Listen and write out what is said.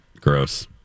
Gross